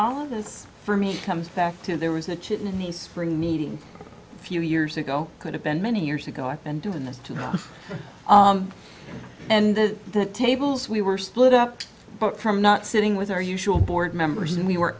all of this for me comes back to there was a chit in the spring meeting a few years ago could have been many years ago i've been doing this to her and the tables we were split up from not sitting with our usual board members and we were